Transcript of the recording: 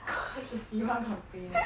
cause the cinema gonna pay